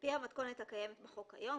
"על פי המתכונת הקיימת בחוק היום,